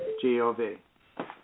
G-O-V